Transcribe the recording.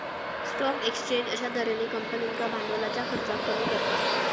stock exchange अश्या तर्हेन कंपनींका भांडवलाच्या खर्चाक कमी करता